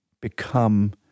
become